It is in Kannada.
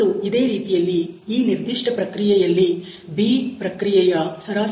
ಮತ್ತು ಇದೇ ರೀತಿಯಲ್ಲಿ ಈ ನಿರ್ದಿಷ್ಟ ಪ್ರಕ್ರಿಯೆಯಲ್ಲಿ B ಪ್ರಕ್ರಿಯೆಯ ಸರಾಸರಿ ಯನ್ನು 14